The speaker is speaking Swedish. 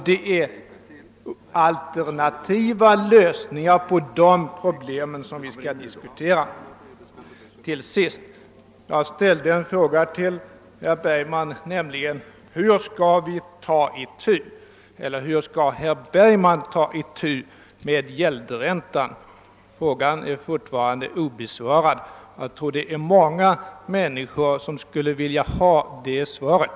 Det är alternativa lösningar av dessa problem som vi skall diskutera. Jag ställde en fråga till herr Bergman, nämligen hur herr Bergman vill ta itu med gäldränteavdraget. Frågan är fortfarande obsevarad. Jag tror det är många människor som är intresserade av det svaret.